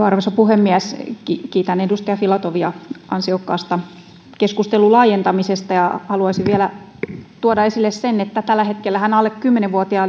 arvoisa puhemies kiitän edustaja filatovia ansiokkaasta keskustelun laajentamisesta haluaisin vielä tuoda esille sen että tällä hetkellähän mikäli alle kymmenenvuotias